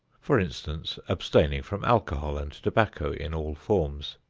for instance, abstaining from alcohol and tobacco in all forms.